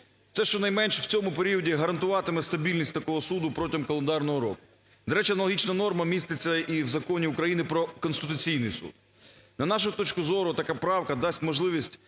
Це щонайменш у цьому періоді гарантуватиме стабільність такого суду протягом календарного року. До речі, аналогічна норма міститься і в Законі України "Про Конституційний Суд" . На нашу точку зору, така правка дасть можливість